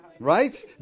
right